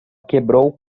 quebrou